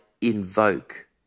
invoke